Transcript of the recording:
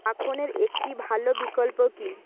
মাখনের একটি ভালো বিকল্প কী